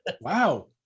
wow